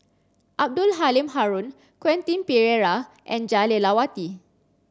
Abdul Halim Haron Quentin Pereira and Jah Lelawati